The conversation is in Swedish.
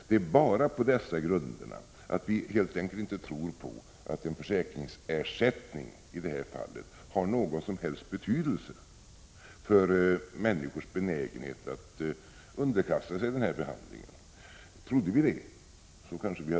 Det är alltså bara på dessa grunder som utskottet avstyrkt förslaget. Vi tror helt enkelt inte på att en försäkringsersättning i det här fallet har någon som helst betydelse för människors benägenhet att underkasta sig den behandling det gäller.